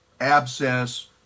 abscess